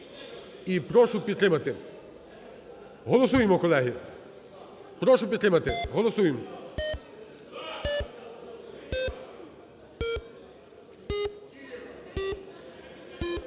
і прошу підтримати. Голосуємо, колеги. Прошу підтримати. Голосуємо.